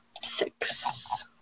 Six